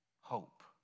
hope